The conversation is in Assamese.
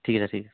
ঠিক আছে ঠিক আছে